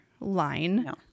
line